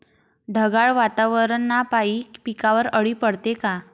ढगाळ वातावरनापाई पिकावर अळी पडते का?